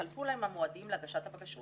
חלפו להם המועדים להגשת הבקשות